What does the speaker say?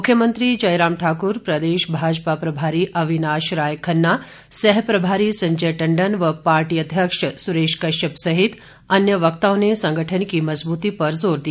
मुख्यमंत्री जयराम ठाक्र प्रदेश भाजपा प्रभारी अविनाश राय खन्ना सह प्रभारी संजय टंडन व पार्टी अध्यक्ष सुरेश कश्यप सहित अन्य वक्ताओं ने संगठन की मजबूती पर जोर दिया